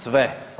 Sve.